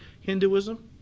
Hinduism